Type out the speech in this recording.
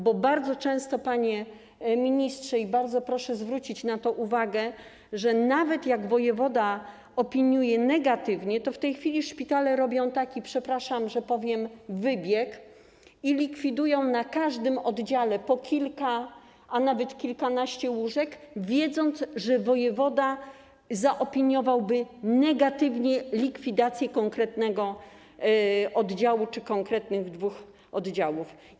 Bardzo często, panie ministrze, i bardzo proszę zwrócić na to uwagę, nawet jak wojewoda opiniuje to negatywnie, to w tej chwili szpitale robią taki, przepraszam, że tak powiem, wybieg i likwidują na każdym oddziale po kilka, a nawet kilkanaście łóżek - wiedząc, że wojewoda zaopiniowałby negatywnie likwidację konkretnego oddziału czy konkretnych dwóch oddziałów.